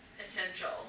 essential